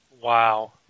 Wow